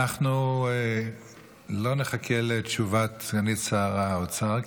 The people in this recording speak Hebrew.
אנחנו לא נחכה לתשובת סגנית שר האוצר,